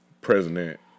president